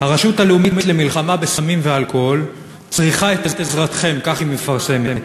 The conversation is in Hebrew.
"הרשות הלאומית למלחמה בסמים ובאלכוהול צריכה את עזרתכם" כך היא מפרסמת,